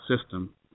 system